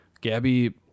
Gabby